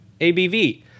abv